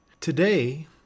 Today